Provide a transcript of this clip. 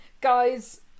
guys